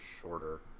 shorter